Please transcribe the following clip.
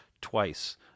twice